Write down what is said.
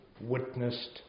witnessed